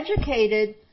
educated